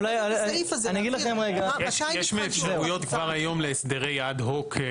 יש אפשרויות כבר היום להסדרי אד-הוק.